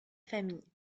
famille